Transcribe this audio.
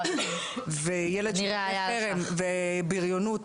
וילד שסופג חרם ובריונות,